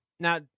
Now